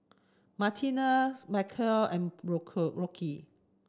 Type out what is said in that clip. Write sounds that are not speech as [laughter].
Martina [unintelligible] Maceo and [unintelligible] Rocky